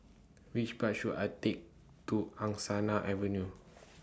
Which Bus should I Take to Angsana Avenue